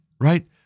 right